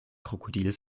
krokodil